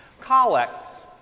Collects